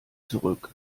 zurück